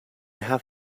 have